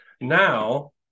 Now